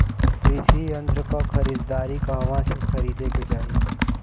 कृषि यंत्र क खरीदारी कहवा से खरीदे के चाही?